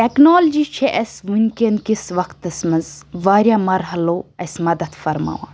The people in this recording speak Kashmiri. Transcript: ٹیٚکنالجی چھِ اَسہِ وُنکٮ۪ن کِس وقتَس منٛز واریاہ مَرحلو اَسہِ مَدَتھ فَرماوان